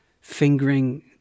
fingering